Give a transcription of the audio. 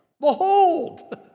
behold